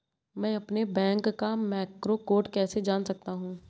मैं अपने बैंक का मैक्रो कोड कैसे जान सकता हूँ?